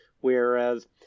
Whereas